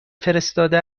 فرستاده